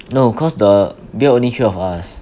no cause the beer only three of us